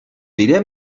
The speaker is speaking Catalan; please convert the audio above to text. diré